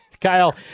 Kyle